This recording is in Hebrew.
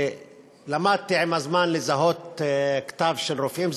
ולמדתי עם הזמן לזהות כתב של רופאים,